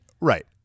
right